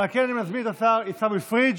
ועל כן אני מזמין את השר עיסאווי פריג'